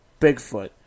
Bigfoot